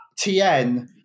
TN